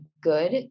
good